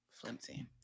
flimsy